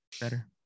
Better